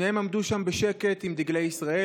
שניהם עמדו שם בשקט עם דגלי ישראל.